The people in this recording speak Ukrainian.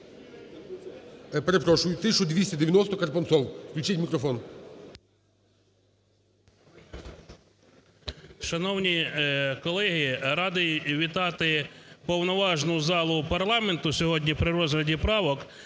Шановні колеги, радий вітати повноважну залу парламенту сьогодні при розгляді правок.